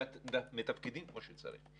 מתפקדים כמו שצריך.